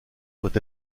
doit